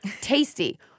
Tasty